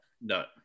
No